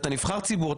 אתה נבחר ציבור,